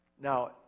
Now